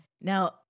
Now